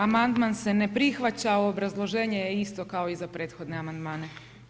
Amandman se ne prihvaća obrazloženje je isto kao i za prethodne amandmane.